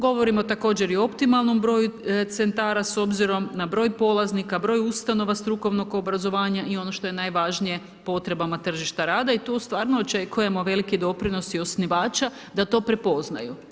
Govorimo također i o optimalnom broju centara s obzirom na broj polaznika, broj ustanova strukovnog obrazovanja i ono što je najvažnije, potrebama tržišta rada i tu stvarno očekujemo veliki doprinos i osnivača da to prepoznaju.